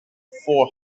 four